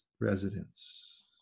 residents